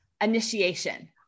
initiation